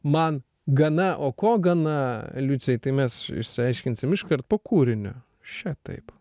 man gana o ko gana liucijai tai mes išsiaiškinsim iškart po kūrinio še taip